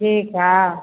ठीक है हाँ